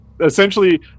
essentially